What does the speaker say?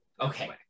Okay